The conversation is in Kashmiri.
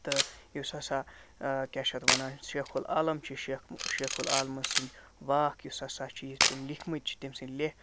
تہٕ یُس ہسا کیٛاہ چھِ اَتھ وَنان شیخ العالم چھِ شیخ العالمہٕ سٕنٛدۍ واکھ یُس ہسا چھِ یُتھ تٔمۍ لیٚکھمٕتۍ چھِ تٔمۍ سٕنٛدۍ لہہ